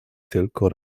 tylko